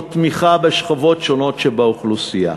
או תמיכה בשכבות שונות שבאוכלוסייה.